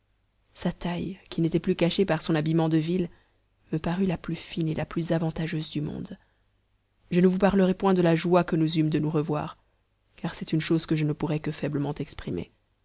sa taille qui n'était plus cachée par son habillement de ville me parut la plus fine et la plus avantageuse du monde je ne vous parlerai point de la joie que nous eûmes de nous revoir car c'est une chose que je ne pourrais que faiblement exprimer